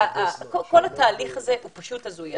כל התהליך הזה הוא פשוט הזוי.